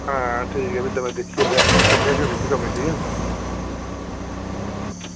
हां ठीक ऐ भी दमें दिक्खियै ते अपने करने आं शुरू उसी कम्में गी खरी